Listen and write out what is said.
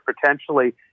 potentially